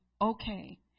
okay